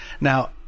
Now